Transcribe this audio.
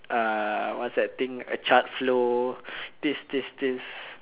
uh what's that thing a chart flow this this this